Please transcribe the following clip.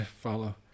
follow